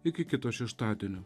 iki kito šeštadienio